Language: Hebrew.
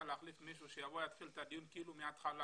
להחליף מישהו שיבוא ויתחיל את הדיון כאילו מהתחלה,